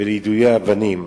ולידויי אבנים.